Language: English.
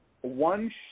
one